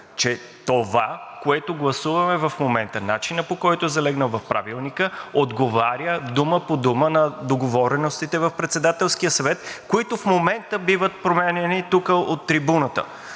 че това, което гласуваме в момента – начинът, по който е залегнал в Правилника, отговаря дума по дума на договореностите в Председателския съвет, които в момента биват променяни тук от трибуната.